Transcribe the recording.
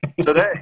today